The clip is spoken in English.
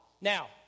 Now